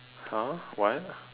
!huh! what